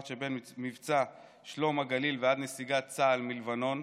שממבצע שלום הגליל ועד נסיגת צה"ל מלבנון.